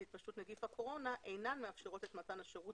התפשטות נגיף הקורונה אינן מאפשרות את מתן השירות